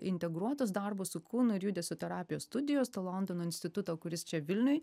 integruotos darbo su kūnu ir judesio terapijos studijos to londono instituto kuris čia vilniuj